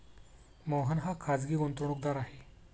मोहन हा खाजगी गुंतवणूकदार आहे